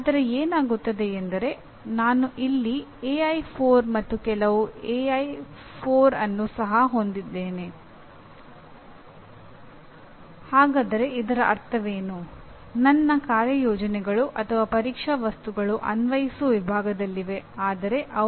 ಆದರೆ ಏನಾಗುತ್ತದೆ ಎಂದರೆ ನಾನು ಇಲ್ಲಿ ಎಐ4 ಅಲ್ಲಿ ಇಲ್ಲ